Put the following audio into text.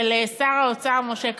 של שר האוצר משה כחלון.